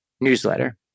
newsletter